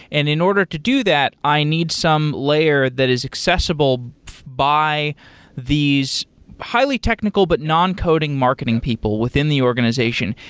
and in order to do that, i need some layer that is accessible by these highly technical, but noncoding marketing people within the organization.